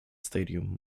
stadium